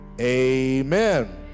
Amen